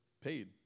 paid